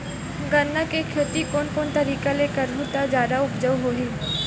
गन्ना के खेती कोन कोन तरीका ले करहु त जादा उपजाऊ होही?